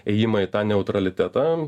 ėjimą į tą neutralitetą